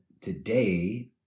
today